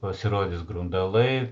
pasirodys grundalai